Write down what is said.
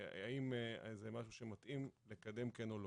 אם זה משהו שמתאים לקדם כן או לא.